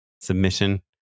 submission